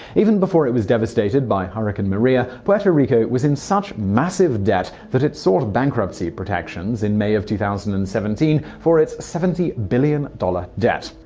even before it was devastated by hurricane maria, puerto rico was in such massive debt that it sought bankruptcy protections in may two thousand and seventeen for its seventy billion dollar debt.